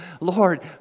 Lord